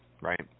right